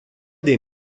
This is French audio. des